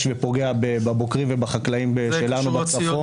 ופוגע בבוקרים ובחקלאים שלנו בצפון.